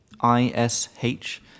I-S-H